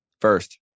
First